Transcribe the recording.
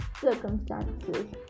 circumstances